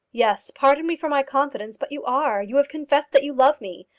yes pardon me for my confidence, but you are. you have confessed that you love me.